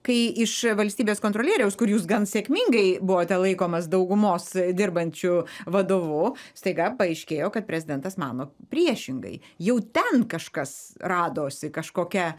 kai iš valstybės kontrolieriaus kur jūs gan sėkmingai buvote laikomas daugumos dirbančių vadovu staiga paaiškėjo kad prezidentas mano priešingai jau ten kažkas radosi kažkokia